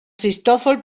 cristòfol